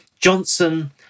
Johnson